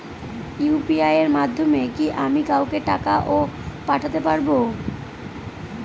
UPI এর মাধ্যমে কি আমি কাউকে টাকা ও পাঠাতে পারবো?